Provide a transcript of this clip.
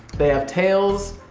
they have tails.